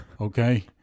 Okay